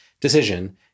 decision